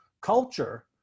culture